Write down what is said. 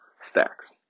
stacks